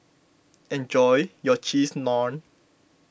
enjoy your Cheese Naan